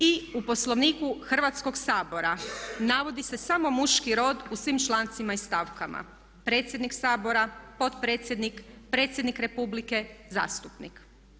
I u Poslovniku Hrvatskog sabora navodi se samo muški rod u svim člancima i stavkama, predsjednik Sabora, potpredsjednik, predsjednik Republike, zastupnik.